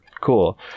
cool